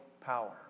power